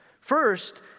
First